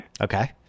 Okay